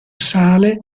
sale